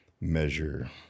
measure